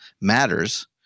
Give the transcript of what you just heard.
matters